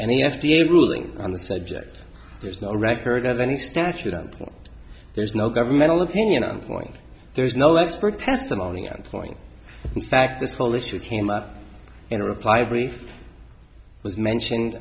any f d a ruling on the subject there's no record of any statute and there's no governmental opinion on point there's no expert testimony and point in fact this whole issue came up in a reply brief was mentioned